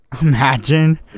Imagine